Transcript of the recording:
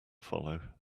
follow